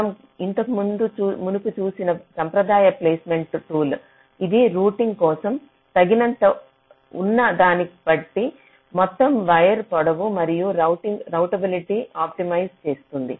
మనం ఇంతకు మునుపు చూసిన సాంప్రదాయ ప్లేస్మెంట్ టూల్ ఇది రూటింగ్ కోసం తగినంత ఉన్న దాన్ని బట్టి మొత్తం వైర్ పొడవు మరియు రౌటబిలిటీని ఆప్టిమైజ్ చేస్తుంది